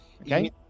okay